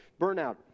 burnout